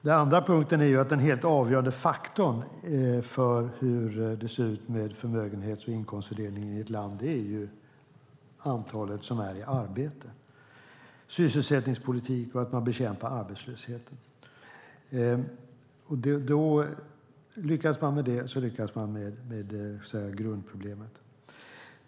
Den andra punkten är att den helt avgörande faktorn för hur det ser ut med förmögenhets och inkomstfördelningen i ett land är det antal som är i arbete, alltså sysselsättningspolitik och bekämpande av arbetslöshet. Lyckas man med det lyckas man med grundproblemet.